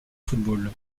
football